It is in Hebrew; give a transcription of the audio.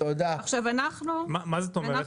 מה זאת אומרת?